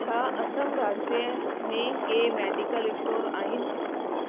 छा असम राज्य में के मेडिकल स्टोर आहिनि